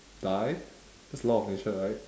die that's law of nature right